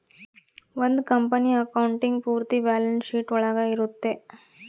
ಒಂದ್ company accounting ಪೂರ್ತಿ balance sheet ಒಳಗ ಇರುತ್ತೆ